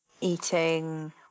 eating